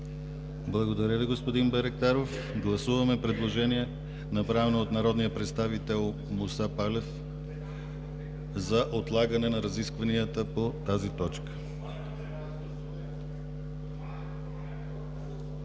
Благодаря Ви, господин Байрактаров. Гласуваме предложение, направено от народния представител Муса Палев, за отлагане на разискванията по тази точка.